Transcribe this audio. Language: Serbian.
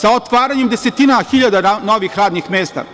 Sa otvaranjem desetina hiljada novih radnih mesta,